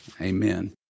Amen